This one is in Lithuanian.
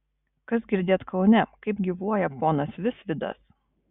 kas girdėt kaune kaip gyvuoja ponas visvydas